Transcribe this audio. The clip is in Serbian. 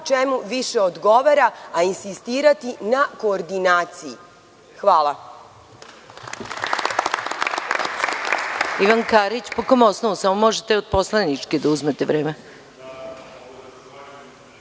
čemu više odgovara, a insistirati na koordinaciji. Hvala.